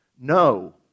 No